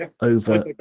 over